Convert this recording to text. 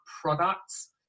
products